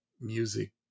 music